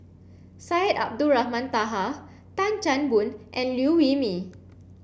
Syed Abdulrahman Taha Tan Chan Boon and Liew Wee Mee